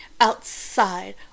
outside